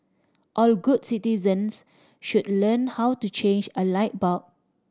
all good citizens should learn how to change a light bulb